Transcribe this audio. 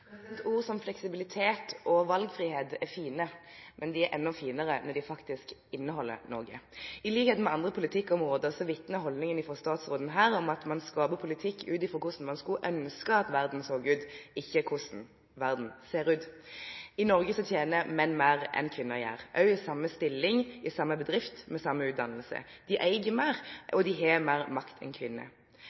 Ord som «fleksibilitet» og «valgfrihet» er fine, men de er enda finere når de inneholder noe. Som på andre politikkområder vitner statsrådens holdning her om at man skaper politikk ut fra hvordan man skulle ønske at verden så ut, ikke ut fra hvordan verden ser ut. I Norge tjener menn mer enn det kvinner gjør – også i samme stilling i samme bedrift og med samme utdannelse. Menn eier mer og har mer makt enn